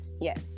yes